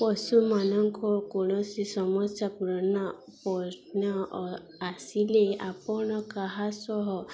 ପଶୁମାନଙ୍କ କୌଣସି ସମସ୍ୟା ପୂରଣ ପନ ଆସିଲେ ଆପଣ କାହା ସହ